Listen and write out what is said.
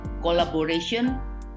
Collaboration